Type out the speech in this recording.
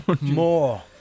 More